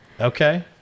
Okay